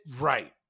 right